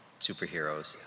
superheroes